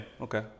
Okay